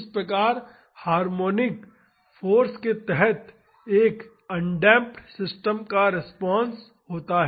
इस प्रकार harmonic force के तहत एक अनडेमप्ड सिस्टम का रिस्पांस होता है